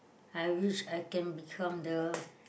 I wish I can become the